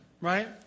right